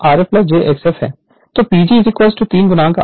तो PG Rf j x f है